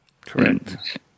Correct